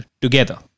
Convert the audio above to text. together